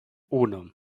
uno